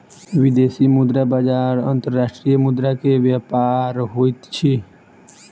विदेशी मुद्रा बजार अंतर्राष्ट्रीय मुद्रा के व्यापार होइत अछि